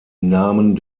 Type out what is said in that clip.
namen